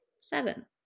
seven